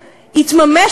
יתממש,